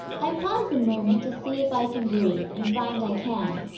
i pause a moment to see if i can breathe, and find i can.